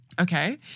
Okay